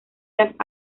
las